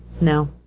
No